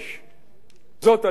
זאת, על יסוד תזכיר החוק,